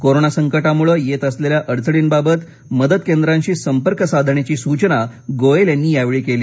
corona संकटामुळे येत असलेल्या अडचणीबाबत मदत केंद्राशी संपर्क साधण्याची सूचना गोयल यांनी यावेळी केली